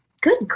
Good